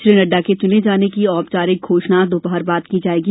श्री नड्डा के चुने जाने की औपचारिक घोषणा दोपहर बाद की जाएगी